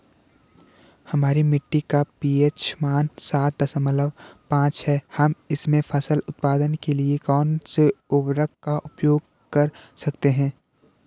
हमारी मिट्टी का पी.एच मान सात दशमलव पांच है हम इसमें फसल उत्पादन के लिए कौन से उर्वरक का प्रयोग कर सकते हैं?